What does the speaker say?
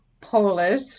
Polish